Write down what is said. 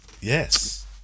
yes